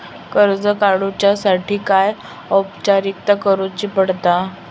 कर्ज काडुच्यासाठी काय औपचारिकता करुचा पडता?